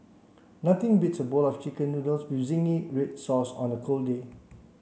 nothing beats a bowl of chicken noodles with zingy red sauce on a cold day